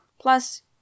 Plus